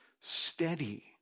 steady